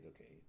okay